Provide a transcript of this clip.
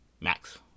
Max